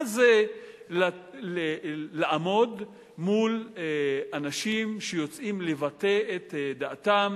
מה זה לעמוד מול אנשים שיוצאים לבטא את דעתם,